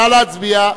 נא להצביע.